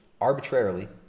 arbitrarily